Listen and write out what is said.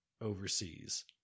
overseas